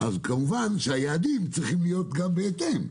אז כמובן שהיעדים צריכים להיות בהתאם.